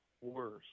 worse